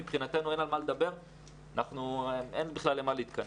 מבחינתנו אין על מה לדבר ואין בכלל למה להתכנס.